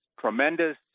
tremendous